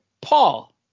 Paul